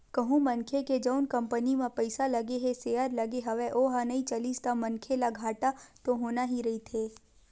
कहूँ मनखे के जउन कंपनी म पइसा लगे हे सेयर लगे हवय ओहा नइ चलिस ता मनखे ल घाटा तो होना ही रहिथे